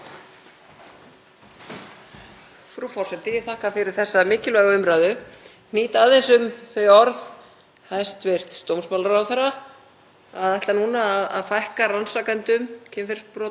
að ætla núna að fækka rannsakendum kynferðisbrotamála, setja þá á einn stað, vonandi annan stað en þessi eini sýslumaður sem verður eftir